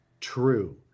true